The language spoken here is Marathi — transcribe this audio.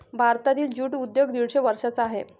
भारतातील ज्यूट उद्योग दीडशे वर्षांचा आहे